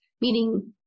meaning